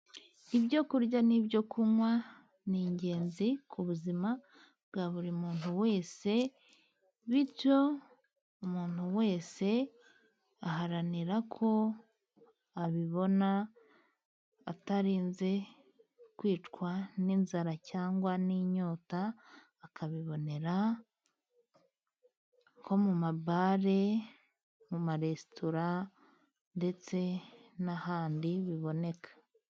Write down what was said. Ibyo kurya n'ibyo kunywa ni ingenzi ku buzima bwa buri muntu wese, bityo umuntu wese aharanira ko abibona, atarinze kwicwa n'inzara cyangwa n'inyota, akabibonera nko mu mabare, mu maresitora, ndetse n'ahandi biboneka.